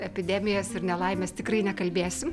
epidemijas ir nelaimes tikrai nekalbėsim